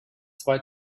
zwei